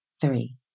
three